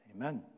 Amen